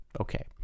Okay